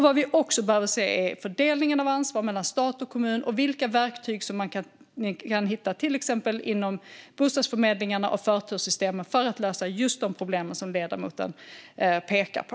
Vad vi också behöver se på är fördelningen av ansvar mellan stat och kommun och vilka verktyg man kan hitta, till exempel inom bostadsförmedlingarna och förturssystemen, för att lösa just de problem som ledamoten pekar på.